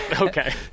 okay